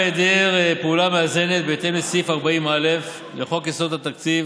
בהיעדר פעולה מאזנת בהתאם לסעיף 40א לחוק יסוד התקציב,